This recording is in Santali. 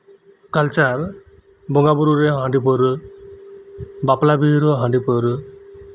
ᱠᱟᱞᱪᱟᱨ ᱵᱚᱸᱜᱟᱵᱩᱨᱩ ᱨᱮᱦᱚᱸ ᱦᱟᱺᱰᱤ ᱯᱟᱹᱣᱨᱟᱹ ᱵᱟᱯᱞᱟ ᱵᱤᱦᱟᱹ ᱨᱮᱦᱚᱸ ᱦᱟᱺᱰᱤ ᱯᱟᱹᱣᱨᱟᱹ